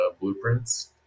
blueprints